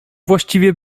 właściwie